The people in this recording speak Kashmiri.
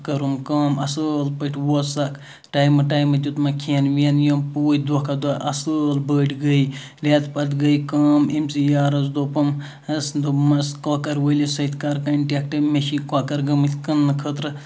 کٔرٕم کٲم اَصٕل پٲٹھۍ ووت سَکھ ٹایمہٕ ٹایمہٕ دیُتمَکھ کھیٚن ویٚن یِم پوٗتۍ دوہہ کھۄتہٕ دوہہ اَصٕل بٔڑۍ گے ریٚتہ پَتہ گے کٲم أمۍسی یارَس دوٚپُم ہَس دوٚپمَس کۄکَر وٲلِس سۭتۍ کَر کَنٹیکٹ مےٚ چھی کۄکَر گٔمٕتۍ کِننہٕ خٲطرٕ